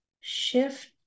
shift